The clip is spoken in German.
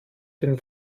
den